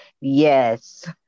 Yes